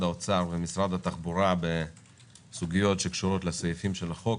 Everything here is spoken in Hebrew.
האוצר ומשרד התחבורה בסוגיות שקשורות לסעיפי הצעת החוק